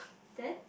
then